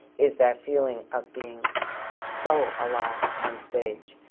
is that feeling of being so alive on stage.